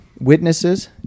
witnesses